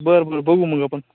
बरं बरं बघू मग आपण